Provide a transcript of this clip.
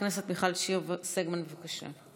חברת הכנסת מיכל שיר סגמן, בבקשה.